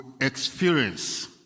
experience